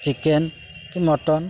ଚିକେନ୍କି mutton